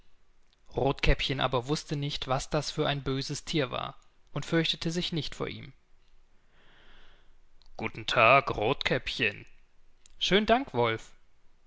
rothkäppchen aber wußte nicht was das für ein böses thier war und fürchtete sich nicht vor ihm guten tag rothkäppchen schön dank wolf